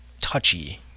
touchy